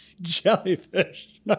Jellyfish